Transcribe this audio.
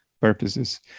purposes